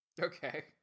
okay